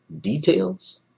details